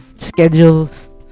Schedules